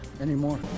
anymore